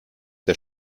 der